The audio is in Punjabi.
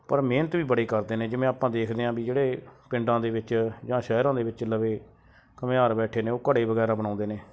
ਪਰ ਮਿਹਨਤ ਵੀ ਬੜੀ ਕਰਦੇ ਨੇ ਜਿਵੇਂ ਆਪਾਂ ਦੇਖਦੇ ਹਾਂ ਵੀ ਜਿਹੜੇ ਪਿੰਡਾਂ ਦੇ ਵਿੱਚ ਜਾਂ ਸ਼ਹਿਰਾਂ ਦੇ ਵਿੱਚ ਲਵੇ ਘੁਮਿਆਰ ਬੈਠੇ ਨੇ ਉਹ ਘੜੇ ਵਗੈਰਾ ਬਣਾਉਂਦੇ ਨੇ